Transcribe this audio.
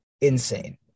insane